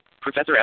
Professor